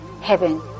heaven